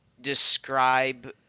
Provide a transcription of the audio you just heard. describe